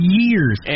years